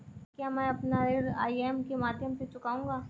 क्या मैं अपना ऋण ई.एम.आई के माध्यम से चुकाऊंगा?